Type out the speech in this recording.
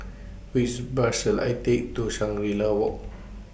Which Bus should I Take to Shangri La Walk